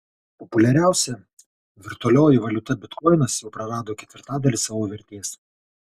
populiariausia virtualioji valiuta bitkoinas jau prarado ketvirtadalį savo vertės